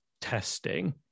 testing